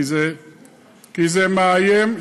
כי זה מאיים,